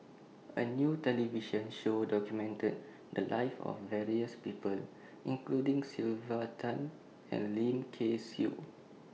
A New television Show documented The Lives of various People including Sylvia Tan and Lim Kay Siu